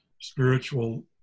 spiritual